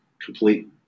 Complete